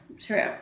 true